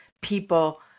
People